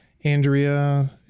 Andrea